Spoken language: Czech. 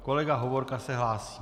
Kolega Hovorka se hlásí.